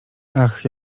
ach